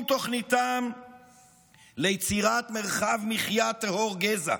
תוכניתם ליצירת מרחב מחיה טהור גזע.